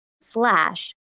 slash